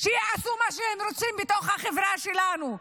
שיעשו מה שהם רוצים בתוך החברה שלנו?